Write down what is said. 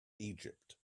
egypt